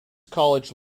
college